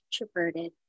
introverted